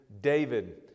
David